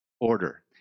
order